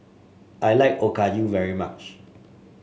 I like Okayu very much